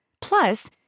Plus